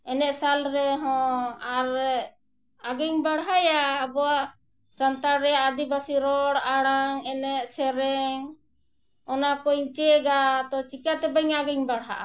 ᱮᱱᱮᱡ ᱥᱟᱞ ᱨᱮᱦᱚᱸ ᱟᱨ ᱟᱜᱮᱧ ᱵᱟᱲᱟᱭᱟ ᱟᱵᱚᱣᱟᱜ ᱥᱟᱱᱛᱟᱲ ᱨᱮᱭᱟᱜ ᱟᱹᱫᱤᱵᱟᱹᱥᱤ ᱨᱚᱲ ᱟᱲᱟᱝ ᱮᱱᱮᱡ ᱥᱮᱨᱮᱧ ᱚᱱᱟ ᱠᱚᱧ ᱪᱮᱫᱟ ᱛᱚ ᱪᱤᱠᱟᱹᱛᱮ ᱵᱟᱹᱧ ᱟᱜᱤᱧ ᱵᱟᱲᱦᱟᱜᱼᱟ